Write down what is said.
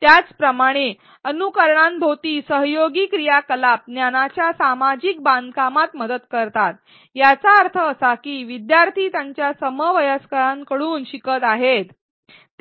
त्याचप्रमाणे अनुकरणांभोवती सहयोगी क्रियाकलाप ज्ञानाच्या सामाजिक बांधकामात मदत करतात याचा अर्थ असा की विद्यार्थी त्यांच्या समवयस्कांकडून शिकत आहेत